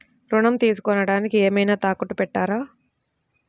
ఋణం తీసుకొనుటానికి ఏమైనా తాకట్టు పెట్టాలా?